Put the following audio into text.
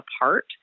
apart